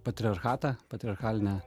patriarchatą patriarchalinę